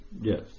yes